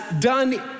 done